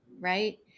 right